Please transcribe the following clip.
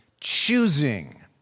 choosing